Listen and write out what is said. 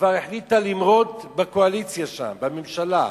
כבר החליטה למרוד בקואליציה שם, בממשלה.